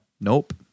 nope